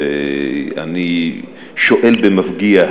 ואני שואל במפגיע,